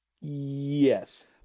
Yes